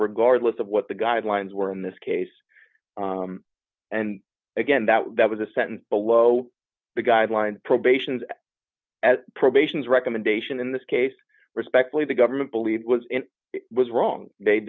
regardless of what the guidelines were in this case and again that that was a sentence below the guideline probations at probations recommendation in this case respectfully the government believed was and was wrong th